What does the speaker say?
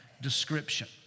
description